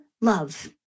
love